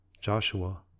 Joshua